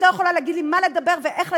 את לא יכולה להגיד לי מה לדבר ואיך לדבר,